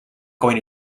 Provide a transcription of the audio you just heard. going